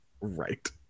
right